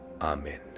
Amen